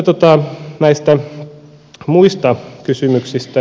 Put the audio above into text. sitten näistä muista kysymyksistä